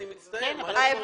אני מצטער, מה לעשות.